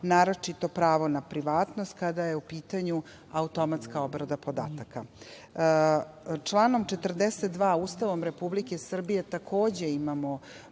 naročito pravo na privatnost kada je u pitanju automatska obrada podataka. Članom 42. Ustava Republike Srbije takođe imamo